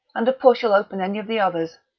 and a push'll open any of the others.